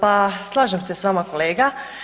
Pa slažem se s vama kolega.